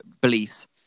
beliefs